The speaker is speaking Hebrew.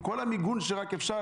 עם כל המיגון שרק אפשר,